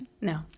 no